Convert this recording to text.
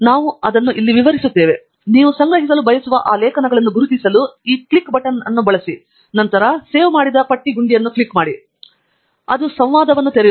ನಾನು ಅವುಗಳನ್ನು ಇಲ್ಲಿ ವಿವರಿಸುತ್ತಿದ್ದೇನೆ ನೀವು ಸಂಗ್ರಹಿಸಲು ಬಯಸುವ ಆ ಲೇಖನಗಳನ್ನು ಗುರುತಿಸಲು ಈ ಕ್ಲಿಕ್ ಗುಂಡಿಗಳನ್ನು ನೀವು ಬಳಸಬಹುದು ಮತ್ತು ನಂತರ ಉಳಿಸಿದ ಪಟ್ಟಿ ಗುಂಡಿಯನ್ನು ಕ್ಲಿಕ್ ಮಾಡಿ ಮತ್ತು ಅದು ಸಂವಾದವನ್ನು ತೆರೆಯುತ್ತದೆ